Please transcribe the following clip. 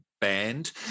banned